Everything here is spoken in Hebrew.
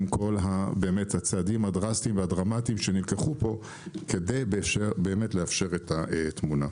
עם כל הצעדים הדרסטיים והדרמטיים שנלקחו פה כדי לאפשר את התמונה.